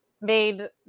made